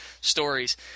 stories